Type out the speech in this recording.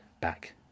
back